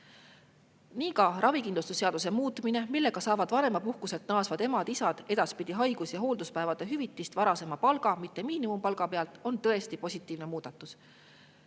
Ka ravikindlustuse seaduse muutmine, millega saavad vanemapuhkuselt naasvad emad-isad edaspidi haigus- ja hoolduspäevade hüvitist varasema palga, mitte miinimumpalga pealt, on tõesti positiivne muudatus.